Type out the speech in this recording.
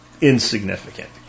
insignificant